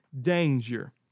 danger